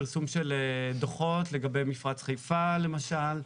פרסום של דוחות לגבי מפרץ חיפה למשל,